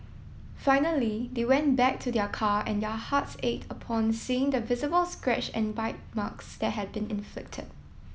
finally they went back to their car and their hearts ached upon seeing the visible scratch and bite marks that had been inflicted